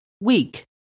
week